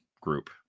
group